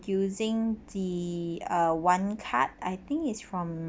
using the ah one card I think is from